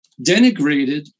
denigrated